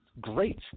great